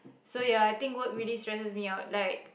so ya I think work really stresses me out like